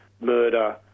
murder